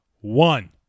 One